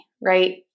right